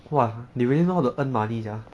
!wah! they really know how to earn money sia